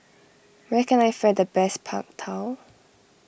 where can I find the best Png Tao